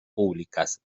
públicas